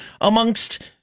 amongst